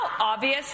obvious